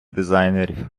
дизайнерів